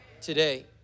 today